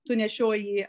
tu nešioji